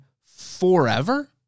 forever